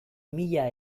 mila